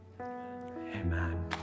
amen